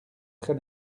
très